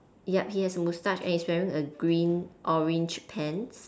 yup he has a mustache and he's wearing a green orange pants